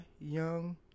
Young